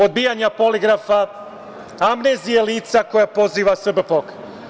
Odbijanja poligrafa, amnezija lica koja poziva SBPOK.